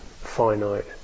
finite